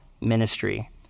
ministry